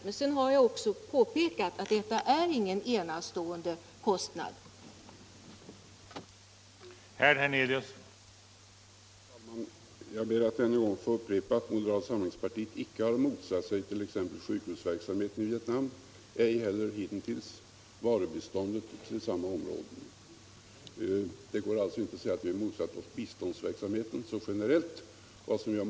Men jag har också påpekat att här förutsatta byggnadskostnader inte är enastående i ett u-land.